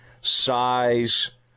size